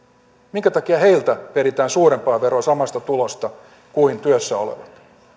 minkä takia heiltä peritään suurempaa veroa samasta tulosta kuin työssä olevilta